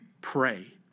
pray